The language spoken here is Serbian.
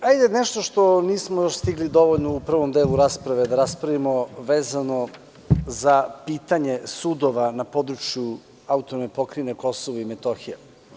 Hajde nešto što nismo još stigli dovoljno u prvom delu rasprave da raspravimo, a vezano za pitanje sudova na području AP Kosovo i Metohija.